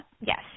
Yes